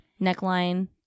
neckline